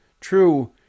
true